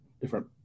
different